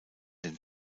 den